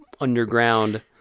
underground